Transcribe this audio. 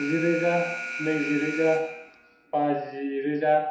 जि रोजा नैजि रोजा बाजि रोजा